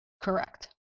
Correct